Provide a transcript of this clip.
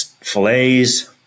fillets